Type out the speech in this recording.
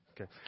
Okay